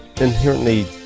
inherently